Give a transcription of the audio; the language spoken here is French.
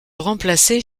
remplacer